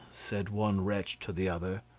said one wretch to the other,